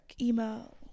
emo